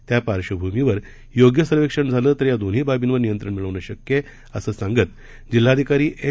त्या पार्धभूमीवर योग्य सव्हेक्षण झाले तर या दोन्ही बाबींवर नियंत्रण मिळवणे शक्य आहे असं सांगत जिल्हाधिकारी एम